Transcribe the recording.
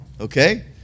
okay